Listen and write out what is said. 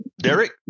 Derek